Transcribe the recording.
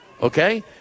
Okay